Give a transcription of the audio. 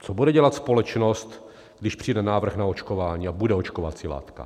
Co bude dělat společnost, když přijde návrh na očkování a bude očkovací látka?